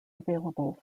available